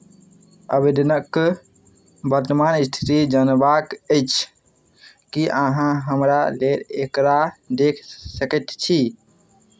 आवेदनक वर्तमान स्थिति जनबाक अछि की अहाँ हमरा लेल एकरा देखि सकैत छी